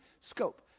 scope